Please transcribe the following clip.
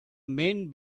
men